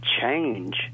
change